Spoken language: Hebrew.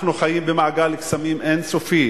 אנחנו חיים במעגל קסמים אין-סופי